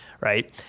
right